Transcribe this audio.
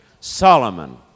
Solomon